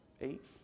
Eight